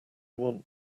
want